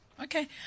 Okay